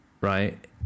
Right